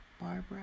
Barbara